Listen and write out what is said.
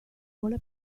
vuole